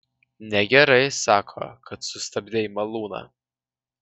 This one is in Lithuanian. negerai sako kad sustabdei malūną